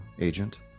Agent